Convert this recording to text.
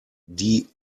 die